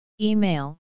Email